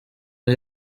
aho